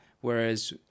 whereas